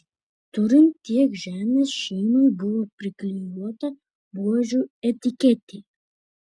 turint tiek žemės šeimai buvo priklijuota buožių etiketė